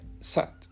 sat